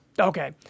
Okay